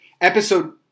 episode